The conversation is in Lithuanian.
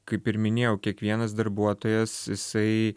kaip ir minėjau kiekvienas darbuotojas jisai